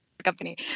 company